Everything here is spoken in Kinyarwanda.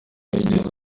yigeze